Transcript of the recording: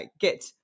get